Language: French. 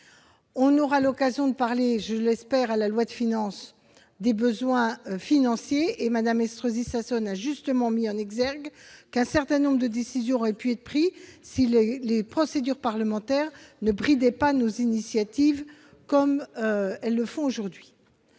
de la discussion du projet de loi de finances, des besoins financiers. Mme Estrosi Sassone a justement mis en exergue un certain nombre de décisions qui auraient pu être prises si les procédures parlementaires ne bridaient pas nos initiatives, comme c'est le cas aujourd'hui.